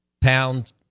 pound